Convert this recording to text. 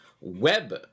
web